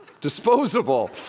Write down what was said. disposable